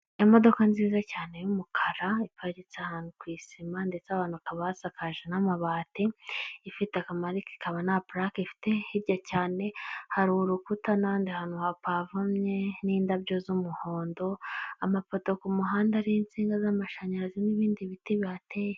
Imodoka nziza cyane y'umukara, iparitse ahantu ku isima, ndetse aho hantu hakaba hasakaje n'amabati, ifite akamarike, ikaba nta purake ifite, hirya cyane hari urukuta n'ahandi hantu hapavomye, n'indabo z'umuhondo, amapoto ku muhanda ariho insinga z'amashanyarazi n'ibindi biti bihateye.